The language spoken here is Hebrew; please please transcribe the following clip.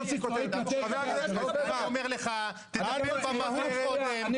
ואני אומר לך תדאג למהות קודם,